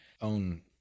own